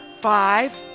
five